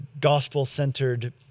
gospel-centered